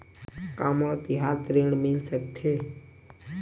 का मोला तिहार ऋण मिल सकथे?